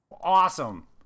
Awesome